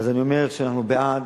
אז אני אומר שאנחנו בעד,